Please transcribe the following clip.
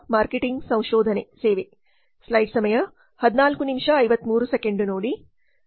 marketing ಸಂಶೋಧನೆ